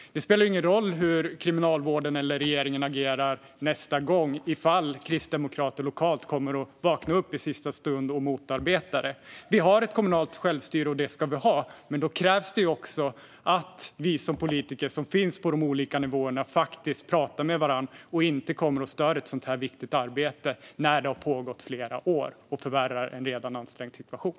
Det spelar ingen roll hur Kriminalvården eller regeringen agerar nästa gång, om lokala kristdemokrater i sista stund vaknar upp och motarbetar det hela. Vi har ett kommunalt självstyre, och det ska vi ha. Men då krävs också att vi politiker som finns på olika nivåer talar med varandra och inte kommer in och stör i ett viktigt arbete som har pågått under flera år och därmed förvärrar en redan ansträngd situation.